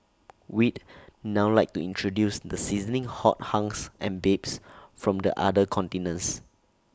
we'd now like to introduce the sizzling hot hunks and babes from the other contingents